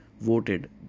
voted